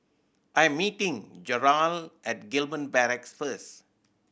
I'm meeting Jerrel at Gillman Barracks first